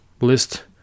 list